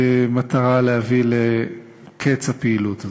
במטרה להביא לקץ הפעילות הזאת.